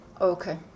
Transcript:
Okay